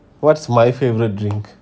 what's my favourite drink